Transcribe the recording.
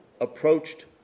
approached